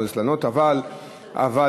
הרב מוזס,